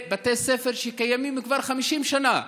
בתי ספר שקיימים כבר 50 שנה,